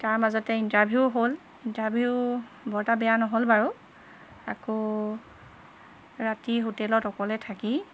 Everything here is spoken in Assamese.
তাৰ মাজতে ইণ্টাৰভিউ হ'ল ইণ্টাৰভিউ বৰ এটা বেয়া নহ'ল বাৰু আকৌ ৰাতি হোটেলত অকলে থাকি